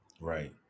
right